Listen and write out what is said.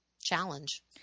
challenge